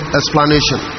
explanation